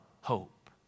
Hope